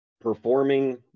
performing